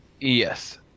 Yes